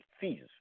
fees